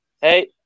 Hey